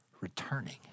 returning